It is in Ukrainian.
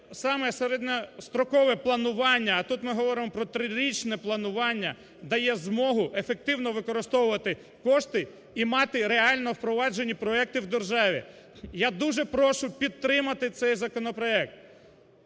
саме середньострокове планування, а тут ми говоримо про трирічне планування, дає змогу ефективно використовувати кошти і мати реально впроваджені проекти в державі. Я дуже прошу підтримати цей законопроект.